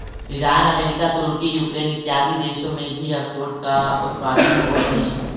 Iran America तुर्की Ukraine इत्यादि देशों में भी अखरोट का उत्पादन होवअ हई